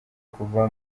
kuva